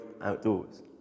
outdoors